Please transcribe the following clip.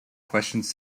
questions